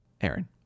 Aaron